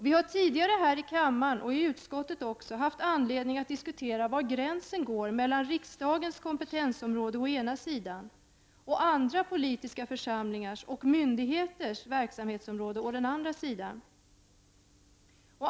Vi har tidigare här i kammaren och även i utskottet haft anledning att diskutera var gränsen går mellan riksdagens kompetensområde å ena sidan och andra politiska församlingars samt myndigheters verksamhetsområden å andra sidan.